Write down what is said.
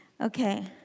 Okay